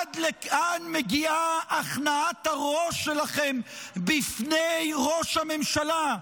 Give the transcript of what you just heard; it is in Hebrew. עד לאן מגיעה הכנעת הראש שלכם בפני ראש הממשלה?